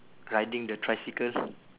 riding the tricycle